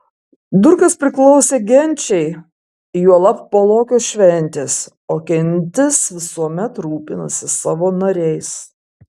durkas priklausė genčiai juolab po lokio šventės o gentis visuomet rūpinasi savo nariais